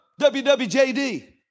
WWJD